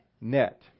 net